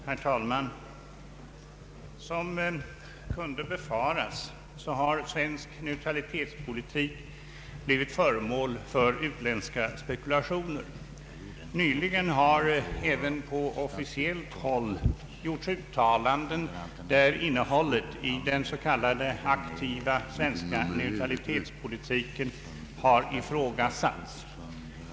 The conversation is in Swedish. Herr talman! Som kunde befaras har svensk neutralitetspolitik blivit föremål för utländska spekulationer. Nyligen har även officiellt gjorts uttalanden där innehållet i den s.k. aktiva svenska neutralitetspolitiken ifrågasatts.